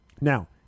now